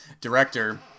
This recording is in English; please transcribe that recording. director